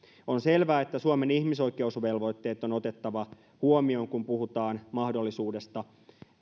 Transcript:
on selvää että suomen ihmisoikeusvelvoitteet on otettava huomioon kun puhutaan mahdollisuudesta